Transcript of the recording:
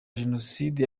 jenoside